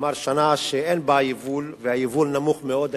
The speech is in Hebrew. כלומר שנה שאין בה יבול והיבול נמוך מאוד.